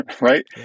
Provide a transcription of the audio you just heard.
right